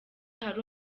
hari